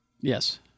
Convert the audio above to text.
Yes